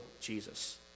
Jesus